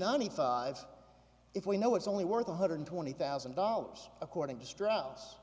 ninety five if we know it's only worth one hundred twenty thousand dollars according to strauss